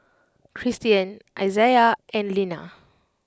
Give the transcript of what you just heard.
Kristian Izaiah and Linna